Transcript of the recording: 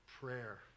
prayer